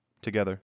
together